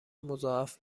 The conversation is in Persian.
مضاعف